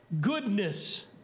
goodness